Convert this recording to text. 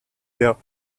der